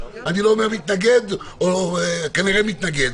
אני לא מתנגד הוא כנראה מתנגד,